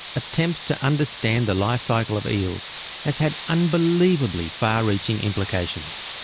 attempts to understand the life cycle of eels has had unbelievably far-reaching implications.